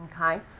okay